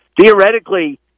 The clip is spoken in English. theoretically